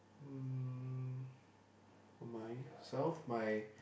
um for myself my